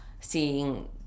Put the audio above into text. seeing